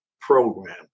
program